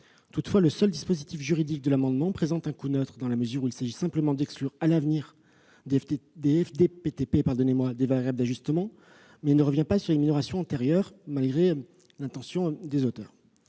Toutefois le seul dispositif juridique de l'amendement présente un coût neutre, dans la mesure où il s'agit simplement d'exclure à l'avenir les FDPTP des variables d'ajustement ; il ne revient pas sur les minorations antérieures, malgré l'intention de ses auteurs.